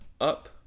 up